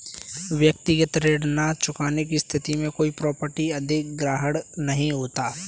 व्यक्तिगत ऋण न चुकाने की स्थिति में कोई प्रॉपर्टी अधिग्रहण नहीं होता